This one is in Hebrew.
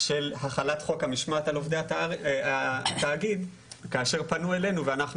של החלת חוק המשמעת על עובדי התאגיד כאשר פנו אלינו ואנחנו